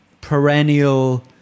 perennial